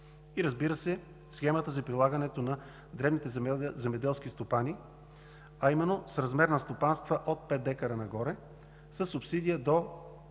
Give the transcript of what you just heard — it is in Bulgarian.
Разбира се, и схемата за прилагането на дребните земеделски стопани, а именно с размер на стопанства от 5 дка нагоре – със субсидия до